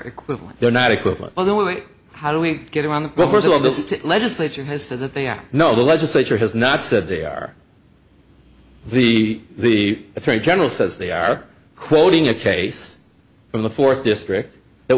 equivalent they're not equivalent only how do we get on well first of all this legislation has said that they are no the legislature has not said they are the the attorney general says they are quoting a case from the fourth district that